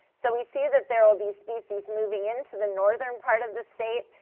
so we see that there will be species moving into the northern part of the state,